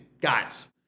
guys